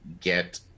get